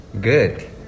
Good